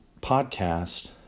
podcast